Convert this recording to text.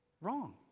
Wrong